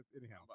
Anyhow